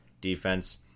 defense